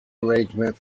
arrangement